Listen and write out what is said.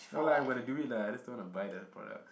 no lah I'm gonna do it lah I just don't wanna buy their products